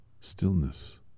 Stillness